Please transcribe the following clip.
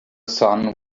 son